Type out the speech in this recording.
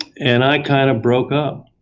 and i kind of broke up.